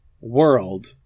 world